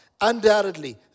Undoubtedly